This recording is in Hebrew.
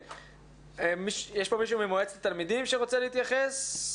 יש פה מישהו ממועצת התלמידים שרוצה להתייחס?